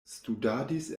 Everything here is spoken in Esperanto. studadis